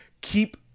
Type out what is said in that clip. keep